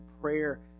prayer